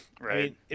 Right